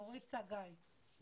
נמצאים שם.